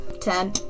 Ten